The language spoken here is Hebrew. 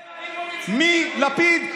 מלפיד,